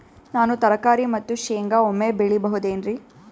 ನಾನು ತರಕಾರಿ ಮತ್ತು ಶೇಂಗಾ ಒಮ್ಮೆ ಬೆಳಿ ಬಹುದೆನರಿ?